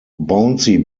bouncy